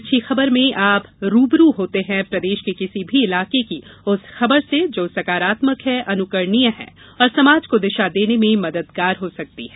अच्छी खबर में आप रूबरू होते हैं प्रदेश के किसी भी इलाके की उस खबर से जो सकारात्मक है अनुकरणीय है और समाज को दिशा देने में मददगार हो सकती है